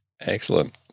excellent